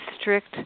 strict